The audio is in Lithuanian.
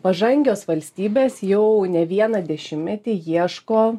pažangios valstybės jau ne vieną dešimtmetį ieško